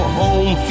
home